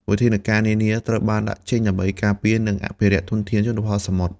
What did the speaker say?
វិធានការនានាត្រូវបានដាក់ចេញដើម្បីការពារ និងអភិរក្សធនធានជលផលសមុទ្រ។